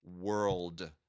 world